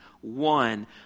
one